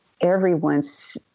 everyone's